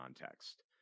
context